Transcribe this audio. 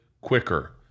quicker